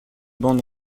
bande